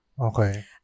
okay